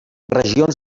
regions